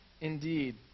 indeed